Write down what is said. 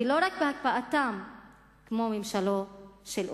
ולא רק בהקפאתן כמו ממשלו של אובמה.